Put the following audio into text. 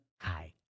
Hi